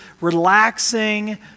relaxing